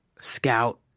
Scout